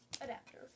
adapter